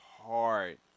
hard